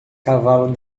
cavalo